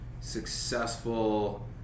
successful